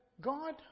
God